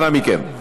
אנא מכם.